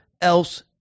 else